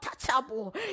untouchable